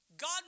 God